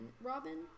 Robin